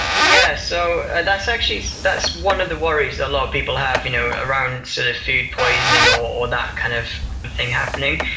yeah, so that's actually that's one of the worries that a lot of people have you know around sort of food poisoning, or that kind of thing happening.